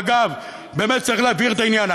אגב, באמת צריך להבהיר את העניין.